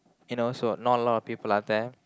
you know so not a lot of people are there